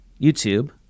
YouTube